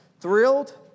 thrilled